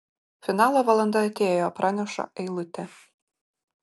finalo valanda atėjo praneša eilutė